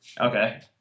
Okay